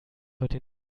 heute